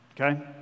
okay